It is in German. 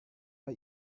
bei